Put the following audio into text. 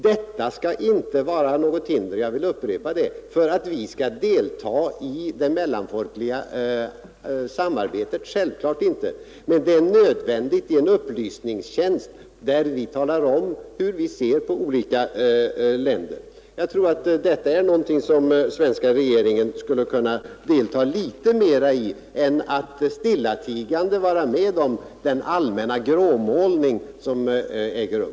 Denna vakthållning skall inte vara något hinder för vårt deltagande i det mellanfolkliga samarbetet — självklart inte — men det är nödvändigt med en upplysningstjänst, där vi talar om hur vi vill se på olika länder. Jag tror att detta är någonting som den svenska regeringen litet mera skulle kunna delta i i stället för att stillatigande åse den allmänna gråmålning som äger rum.